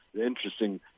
interesting